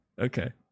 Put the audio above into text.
Okay